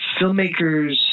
filmmakers